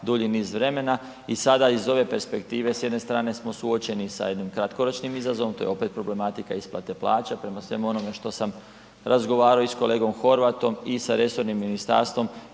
dulji niz vremena. I sada iz ove perspektive s jedne strane smo suočeni sa jednim kratkoročnim izazovom, to je opet problematika isplate plaća prema svemu onome što sam razgovarao i sa kolegom Horvatom i sa resornim ministarstvom